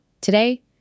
today